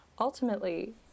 ultimately